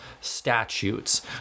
statutes